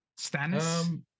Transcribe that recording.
stannis